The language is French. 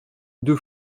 deux